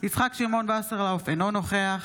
יצחק שמעון וסרלאוף, אינו נוכח